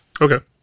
Okay